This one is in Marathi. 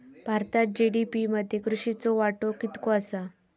भारतात जी.डी.पी मध्ये कृषीचो वाटो कितको आसा?